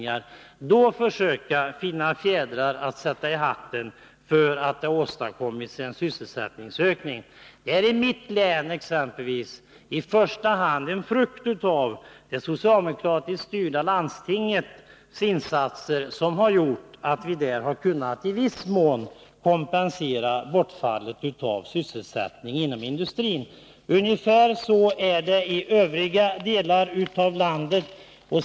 Hur skall man nu finna en fjäder att sätta i hatten? Det förhållandet att vi i exempelvis mitt län kunnat i viss mån kompensera bortfallet av sysselsättning inom industrin är i första hand en frukt av det socialdemokratiskt styrda landstingets insatser. Ungefär så är det i övriga delar av landet.